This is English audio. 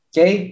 Okay